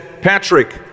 Patrick